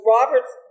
Roberts